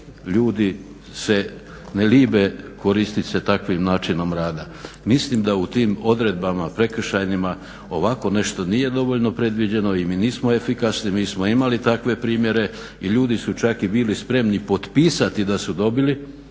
ljudi se ne libe koristit se takvim načinom rada. Mislim da u tim odredbama prekršajnima ovako nešto nije dovoljno predviđeno i mi nismo efikasni, mi smo imali takve primjere i ljudi su čak i bili spremni potpisati da su dobili